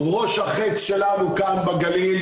ראש החץ שלנו כאן בגליל,